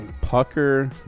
Pucker